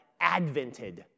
Advented